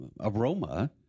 aroma